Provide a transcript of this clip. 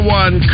one